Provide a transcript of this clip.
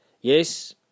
Yes